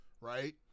right